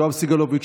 יואב סגלוביץ',